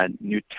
new